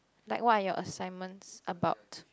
like what are your assignments about